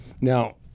now